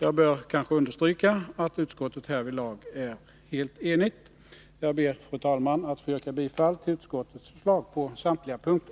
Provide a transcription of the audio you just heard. Jag bör kanske understryka att utskottet härvid är helt enigt. Jag ber, fru talman, att få yrka bifall till utskottets förslag på samtliga punkter.